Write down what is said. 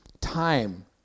time